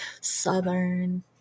southern